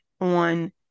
on